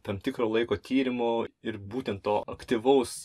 tam tikro laiko tyrimo ir būtent to aktyvaus